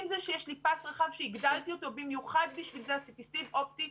אם זה שיש לי פס רחב שהגדלתי אותו במיוחד בשביל זה עשיתי סיב אופטי,